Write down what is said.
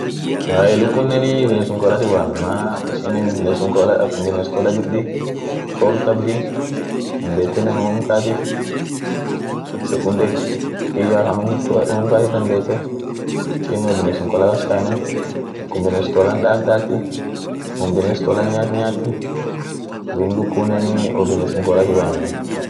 ahey lukunenii binesum koolatin waamen maana ishinen binesum koola akumbines koola jirti kool kabdi, dandeetenen unum kaati, ak sekunde dikeyoakan unum-unum kaati dandeete, wo binesum koola kaskaenu akum bines koolan daat daati, wom bines koolan nyaat nyaati duum lukunenii wo binesum koolatin wamenu.